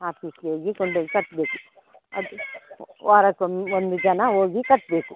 ಆಪೀಸ್ಗೆ ಹೋಗಿ ಕೊಂಡೋಗಿ ಕಟ್ಟಬೇಕು ಅದು ವಾರಕ್ ಒನ್ ಒಂದು ಜನ ಹೋಗಿ ಕಟ್ಟಬೇಕು